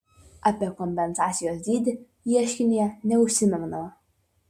apie kompensacijos dydį ieškinyje neužsimenama